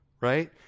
Right